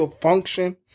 function